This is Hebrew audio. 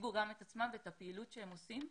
יציגו גם את עצמם ואת הפעילות שהם עושים,